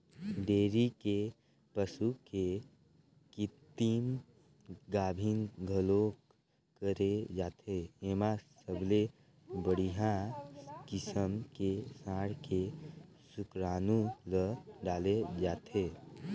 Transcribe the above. dairy के पसू के कृतिम गाभिन घलोक करे जाथे, एमा सबले बड़िहा किसम के सांड के सुकरानू ल डाले जाथे